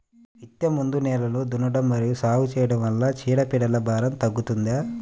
విత్తే ముందు నేలను దున్నడం మరియు సాగు చేయడం వల్ల చీడపీడల భారం తగ్గుతుందా?